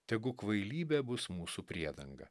tegu kvailybė bus mūsų priedanga